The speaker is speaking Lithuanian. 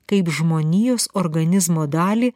kaip žmonijos organizmo dalį